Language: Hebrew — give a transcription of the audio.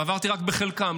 ועברתי רק בחלקן,